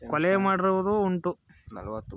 ಕೊಲೆ ಮಾಡಿರುವುದು ಉಂಟು